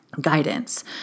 guidance